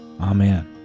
Amen